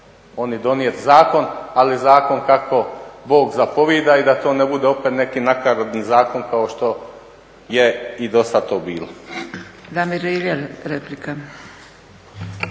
oni donijeti zakon, ali zakon kako Bog zapovijeda i da to ne bude opet neki nakaradni zakon kao što je i dosad to bilo.